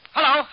Hello